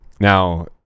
now